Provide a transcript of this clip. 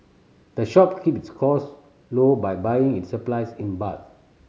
the shop keep its cost low by buying its supplies in bulk